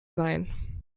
sein